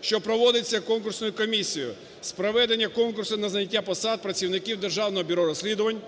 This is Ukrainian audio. що проводиться конкурсною комісією з проведення конкурсу на зайняття посад працівників Державного бюро розслідувань,